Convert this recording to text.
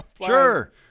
Sure